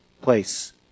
place